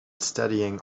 studying